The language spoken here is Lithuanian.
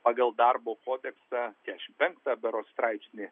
pagal darbo kodeksą keturiasdešimt penktą berods straipsnį